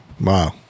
wow